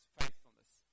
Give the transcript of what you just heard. faithfulness